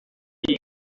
ari